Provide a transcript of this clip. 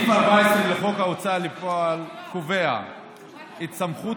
סעיף 14 לחוק ההוצאה לפועל קובע את סמכות